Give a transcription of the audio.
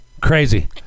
crazy